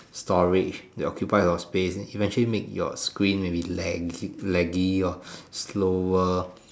storage they occupy a lot of space it actually make your screen maybe lag~ laggy or slower